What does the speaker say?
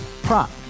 prop